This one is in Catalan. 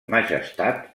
majestat